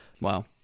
wow